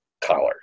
collar